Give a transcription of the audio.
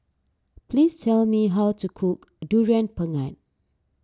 please tell me how to cook Durian Pengat